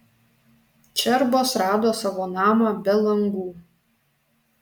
čerbos rado savo namą be langų